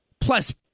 plus